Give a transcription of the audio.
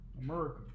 America